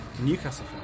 Newcastle